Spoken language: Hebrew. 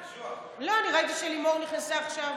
לא, אני ראיתי שלימור נכנסה עכשיו.